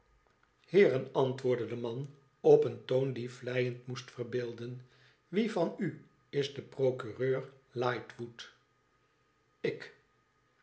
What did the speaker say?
heeren antwoordde de man op een toon die vleiend moest verbeelden wie van u is de procurem lightwood lik